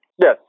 Yes